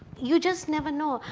you just never know.